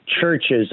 churches